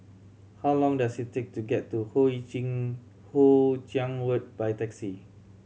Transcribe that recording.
how long does it take to get to Hoe Chiang Road by taxi